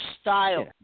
style